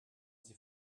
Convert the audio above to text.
sie